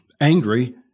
angry